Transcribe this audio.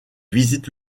visite